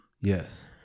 Yes